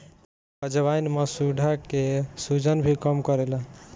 अजवाईन मसूड़ा के सुजन भी कम करेला